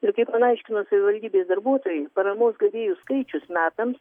ir kaip man paaiškino savivaldybės darbuotojai paramos gavėjų skaičius metams